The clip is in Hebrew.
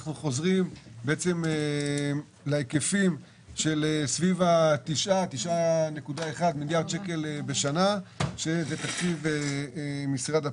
אנחנו חוזרים להיקף הרגיל של כ-9.1 מיליארד בשנה שזה תקציב משרד הפנים.